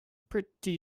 pretty